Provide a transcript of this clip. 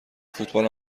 فوتبال